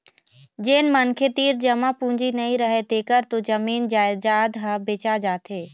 जेन मनखे तीर जमा पूंजी नइ रहय तेखर तो जमीन जयजाद ह बेचा जाथे